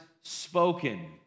spoken